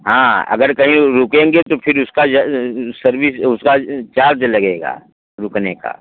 हाँ अगर कहीं रुकेंगे तो फिर उसका सर्विस उसका चार्ज लगेगा रुकने का